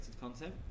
content